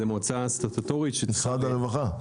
זו מועצה סטטוטורית של משרד הרווחה.